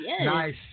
nice